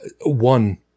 one